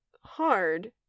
hard